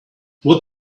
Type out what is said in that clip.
what